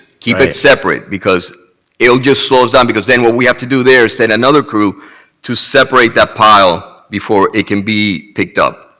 keep it separate because it will just slow us down. because what we have to do there is send another crew to separate that pile before it can be picked up.